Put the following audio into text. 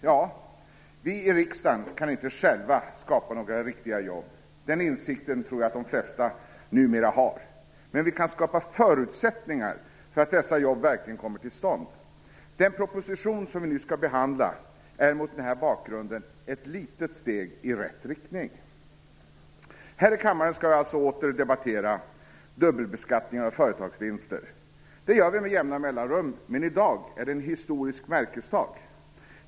Ja, vi i riksdagen kan inte själva skapa några riktiga jobb. Den insikten tror jag de flesta numera har. Men vi kan skapa förutsättningar för att dessa jobb verkligen kommer till stånd. Den proposition som vi nu skall behandla är mot den här bakgrunden ett litet steg i rätt riktning. Här i kammaren skall vi nu åter debattera dubbelbeskattningen av företagsvinster. Det gör vi med jämna mellanrum, men i dag är det en historisk märkesdag.